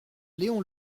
léon